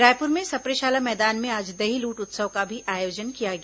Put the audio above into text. रायपुर में सप्रे शाला मैदान में आज दही लूट उत्सव का भी आयोजन किया गया